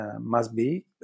must-be